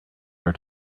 our